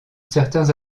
certains